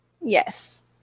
Yes